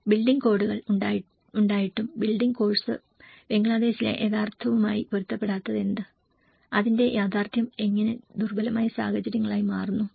building കോഡുകൾ ഉണ്ടായിട്ടും building course ബംഗ്ലാദേശിലെ യാഥാർത്ഥ്യവുമായി പൊരുത്തപ്പെടാത്തതെന്ത് അതിന്റെ യാഥാർത്ഥ്യം എങ്ങനെ ദുർബലമായ സാഹചര്യങ്ങളായി മാറുന്നു